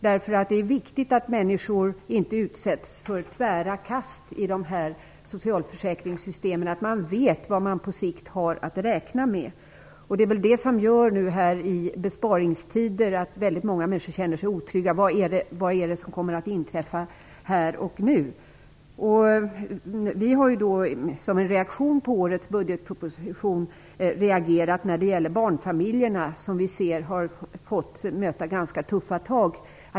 Det är viktigt att människor inte utsätts för tvära kast i socialförsäkringssystemen, så att de vet vad de på sikt har att räkna med. Vad som i dessa besparingstider gör att många människor känner sig otrygga är osäkerhet om vad som kommer att inträffa här och nu. Vi har som en reaktion på årets budgetproposition agerat när det gäller barnfamiljerna, som har drabbats av ganska tuffa tag.